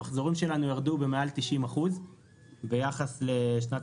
המחזורים שלנו ירדו במעל 90% ביחס לשנת